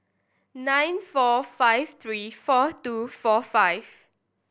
nine four five three four two four five